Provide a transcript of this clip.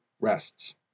rests